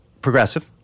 progressive